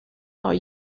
are